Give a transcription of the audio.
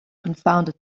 confounded